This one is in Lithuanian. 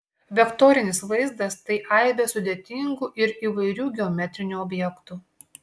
vektorinis vaizdas tai aibė sudėtingų ir įvairių geometrinių objektų